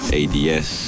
ads